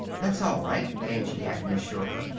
that's all right, angie hatton assured her.